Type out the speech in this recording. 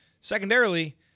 Secondarily